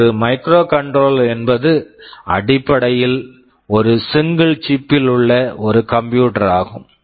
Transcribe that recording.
ஆகவே ஒரு microcontroller microcontroller என்பது அடிப்படையில் ஒரு சிங்கிள் single சிப் chip பில் உள்ள ஒரு கம்ப்யூட்டர் computer ஆகும்